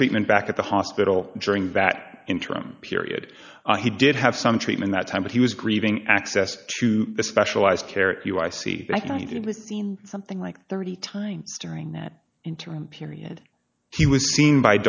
treatment back at the hospital during that interim period he did have some treatment that time but he was grieving access to the specialized care if you icey i think it was seen something like thirty times during that interim period he was seen by